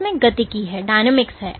इसमें गतिकी है